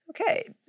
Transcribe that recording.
Okay